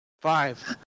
Five